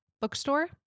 bookstore